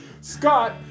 Scott